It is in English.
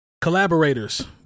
collaborators